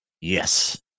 yes